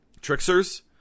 tricksters